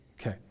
Okay